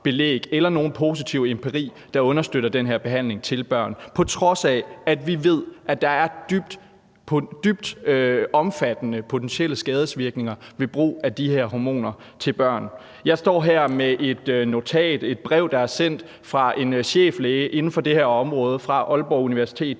belæg eller nogen positiv empiri, der understøtter den her behandling til børn, på trods af at vi ved, at der er meget omfattende potentielle skadesvirkninger ved brug af de her hormoner til børn. Jeg står her med et notat, et brev, der er sendt fra en cheflæge inden for det her område fra Aalborg Universitet